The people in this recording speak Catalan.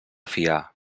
fiar